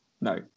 No